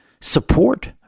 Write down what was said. support